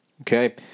okay